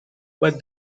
but